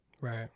Right